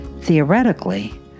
theoretically